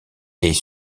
est